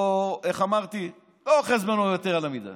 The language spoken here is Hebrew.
איך אמרתי, אני לא אוחז ממנו יתר על המידה.